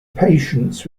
patients